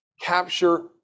capture